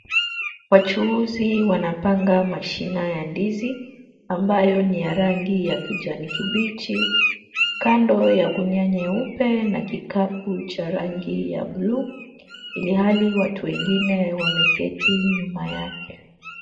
Wachuuzi wanapanga mashina ya ndizi ambayo ni ya rangi ya kijani kibichi, kando ya gunia nyeupe na kikapu cha rangi ya blue , ilhali watu wengine wameketi nyuma yake.